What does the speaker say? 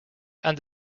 and